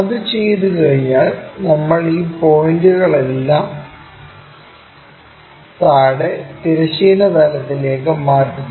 അത് ചെയ്തുകഴിഞ്ഞാൽ നമ്മൾ ഈ പോയിന്റുകളെല്ലാം താഴേ തിരശ്ചീന തലത്തിലേക്ക് മാറ്റുന്നു